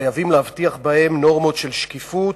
חייבים להבטיח בהן נורמות של שקיפות,